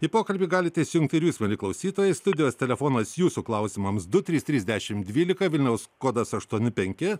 į pokalbį galite įsijungti ir jūs mieli klausytojai studijos telefonas jūsų klausimams du trys trys dešimt dvylika vilniaus kodas aštuoni penki